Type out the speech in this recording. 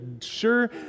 sure